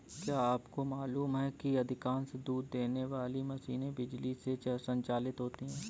क्या आपको मालूम है कि अधिकांश दूध देने वाली मशीनें बिजली से संचालित होती हैं?